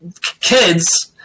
kids